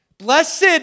Blessed